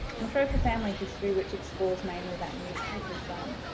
and trove for family history which explores mainly that newspapers zone.